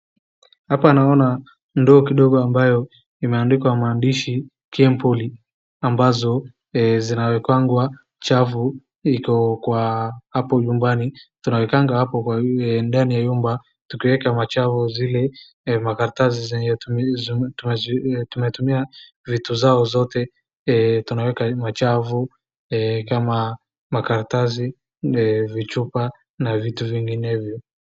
Hapa naona ndoo kidogo ambayo imeandikwa maandishi Kenpoly, ambazo zinawekwangwa chafu iko hapo nyumbani. Tunawekanga ndani ya nyumba tukiweka machafu zile makaratasi tumezitumia vitu zao zote tunaweka uchafu kama makaratasi, vichupa na vitu vinginevyo.